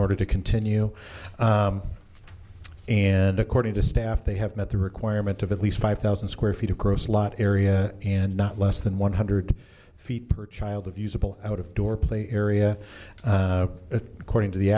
order to continue and according to staff they have met the requirement of at least five thousand square feet of gross lot area and not less than one hundred feet per child of usable out of door play area according to the